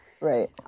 right